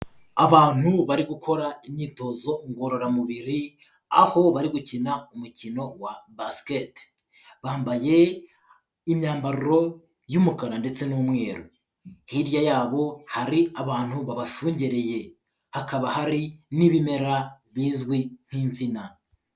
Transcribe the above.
Abantu bari gukora imyitozo ngororamubiri, aho bari gukina umukino wa basiketi, bambaye imyambaro y'umukara ndetse n'umweru, hirya yabo hari abantu babashungereye, hakaba hari n'ibimera bizwi nk'insina.